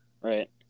Right